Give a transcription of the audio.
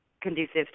conducive